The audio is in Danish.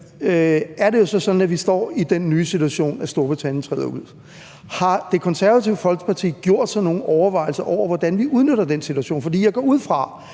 er det jo så sådan, at vi står i den nye situation, at Storbritannien træder ud. Har Det Konservative Folkeparti gjort sig nogle overvejelser om, hvordan vi udnytter den situation? Jeg går ud fra,